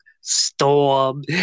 Storm